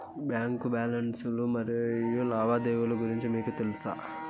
Bank balance లు మరియు లావాదేవీలు గురించి మీకు తెల్సా?